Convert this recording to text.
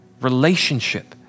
relationship